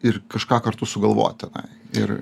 ir kažką kartu sugalvot tenai ir